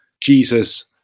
Jesus